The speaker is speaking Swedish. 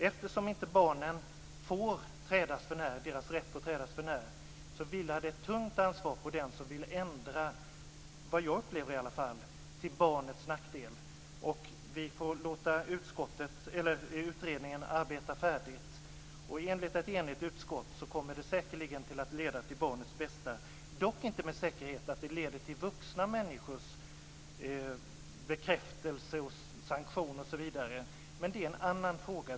Eftersom barnens rätt inte får trädas förnär vilar ett tungt ansvar på den som vill ändra till, som jag upplever det, barnets nackdel. Vi får låta utredningen arbeta färdigt, och enligt ett enigt utskott kommer den säkerligen att leda till barnets bästa. Den leder dock inte med säkerhet till vuxna människors bekräftelse och till sanktion osv. Men det är en annan fråga.